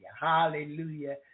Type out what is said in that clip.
Hallelujah